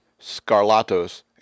Scarlato's